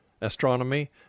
astronomy